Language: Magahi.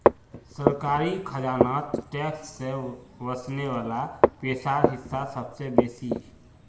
सरकारी खजानात टैक्स से वस्ने वला पैसार हिस्सा सबसे बेसि